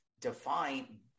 define –